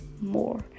more